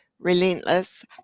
relentless